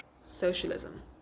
socialism